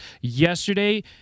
Yesterday